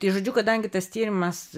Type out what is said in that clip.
tai žodžiu kadangi tas tyrimas